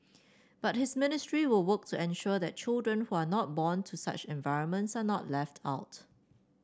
but his ministry will work to ensure that children who are not born to such environments are not left out